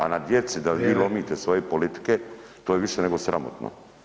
A na djeci [[Upadica: Vrijeme]] da vi lomite svoje politike to je više nego sramotno.